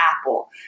apple